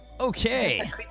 okay